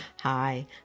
Hi